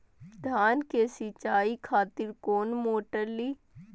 धान के सीचाई खातिर कोन मोटर ली?